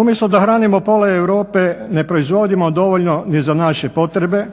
Umjesto da hranimo pola Europe ne proizvodimo dovoljno ni za naše potrebe.